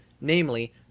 namely